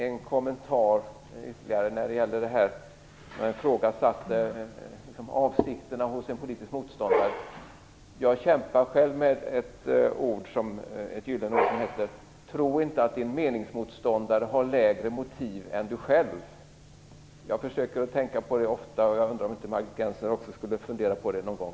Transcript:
En kommentar till att ifrågasätta avsikterna hos en politisk motståndare. Jag kämpar själv med en gyllene regel: Tro inte att din meningsmotståndare har lägre motiv än du själv. Jag försöker tänka på det ofta. Jag undrar om inte Margit Gennser också skulle fundera på det någon gång.